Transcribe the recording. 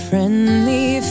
Friendly